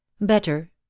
Better